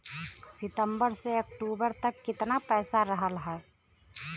सितंबर से अक्टूबर तक कितना पैसा रहल ह?